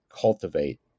cultivate